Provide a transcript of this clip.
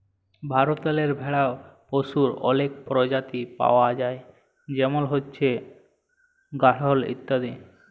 ভারতেল্লে ভেড়া পশুর অলেক পরজাতি পাউয়া যায় যেমল হছে গাঢ়ল ইত্যাদি